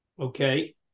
okay